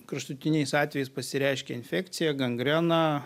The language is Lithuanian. kraštutiniais atvejais pasireiškia infekcija gangrena